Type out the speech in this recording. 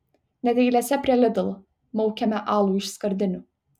net eilėse prie lidl maukiame alų iš skardinių